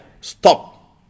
stop